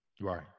right